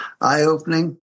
eye-opening